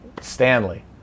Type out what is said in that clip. Stanley